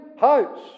house